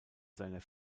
seiner